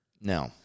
No